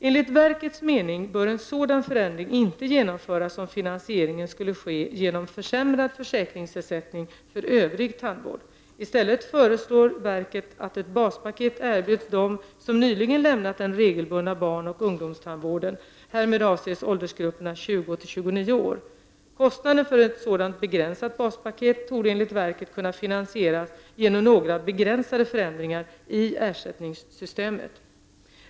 Enligt verkets mening bör en sådan förändring inte genomföras om finansieringen skall ske genom försämrad försäkringsersättning för övrig tandvård. I stället föreslår verket att ett baspaket erbjuds dem som nyligen lämnat den regelbundna barn och ungdomstandvården. Kostnaden för ett sådant begränsat baspaket torde enligt verket kunna finansieras genom några begränsade förändringar i ersättningssystemet.